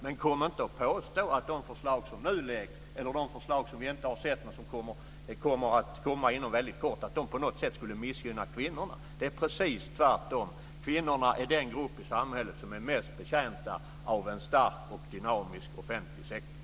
Men kom inte och påstå att de förslag som nu läggs fram, eller de förslag som vi inte har sett men som kommer inom kort, på något sätt skulle missgynna kvinnorna. Det är precis tvärtom. Kvinnorna är den grupp i samhället som är mest betjänt av en stark och dynamisk offentlig sektor.